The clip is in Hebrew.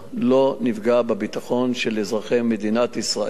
לא נפגע בביטחון של אזרחי מדינת ישראל,